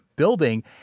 Building